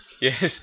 Yes